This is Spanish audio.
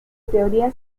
teoría